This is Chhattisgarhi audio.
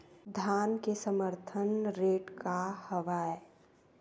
धान के समर्थन रेट का हवाय?